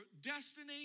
destiny